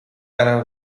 array